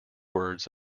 words